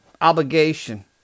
obligation